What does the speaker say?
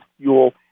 fuel